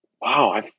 wow